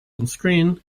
onscreen